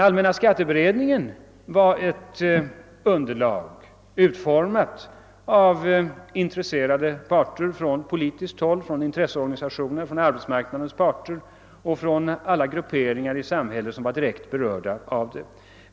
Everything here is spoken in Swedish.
Allmänna skatteberedningens betänkande var ett sådant underlag, utformat av intresserade parter från politiskt håll, från intresseorganisationer, från arbetsmarknadens parter och från alla direkt berörda grupperingar i samhället.